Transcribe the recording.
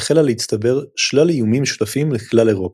החלו להצטבר שלל איומים משותפים לכלל אירופה,